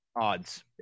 odds